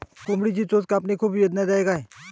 कोंबडीची चोच कापणे खूप वेदनादायक आहे